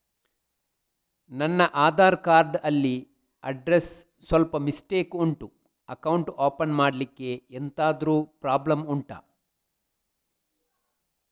ನನ್ನ ಆಧಾರ್ ಕಾರ್ಡ್ ಅಲ್ಲಿ ಅಡ್ರೆಸ್ ಸ್ವಲ್ಪ ಮಿಸ್ಟೇಕ್ ಉಂಟು ಅಕೌಂಟ್ ಓಪನ್ ಮಾಡ್ಲಿಕ್ಕೆ ಎಂತಾದ್ರು ಪ್ರಾಬ್ಲಮ್ ಉಂಟಾ